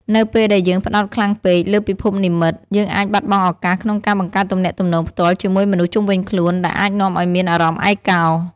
នៅពេលដែលយើងផ្ដោតខ្លាំងពេកលើពិភពនិម្មិត យើងអាចបាត់បង់ឱកាសក្នុងការបង្កើតទំនាក់ទំនងផ្ទាល់ជាមួយមនុស្សជុំវិញខ្លួន ដែលអាចនាំឱ្យមានអារម្មណ៍ឯកោ។